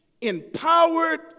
empowered